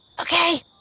Okay